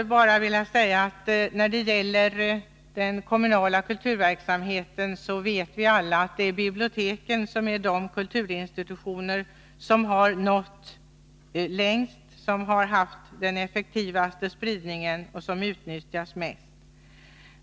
När det gäller den kommunala kulturverksamheten vet vi alla att biblioteken är de kulturinstitutioner som har nått längst, som har haft den effektivaste spridningen och som utnyttjas mest.